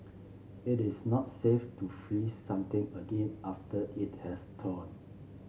it is not safe to freeze something again after it has thawed